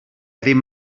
ddim